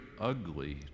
ugly